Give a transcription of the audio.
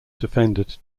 defended